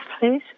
please